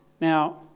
Now